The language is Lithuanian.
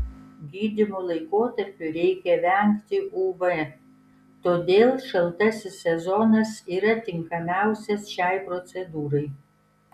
gydymo laikotarpiu reikia vengti uv todėl šaltasis sezonas yra tinkamiausias šiai procedūrai